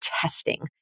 testing